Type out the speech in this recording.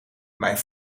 mijn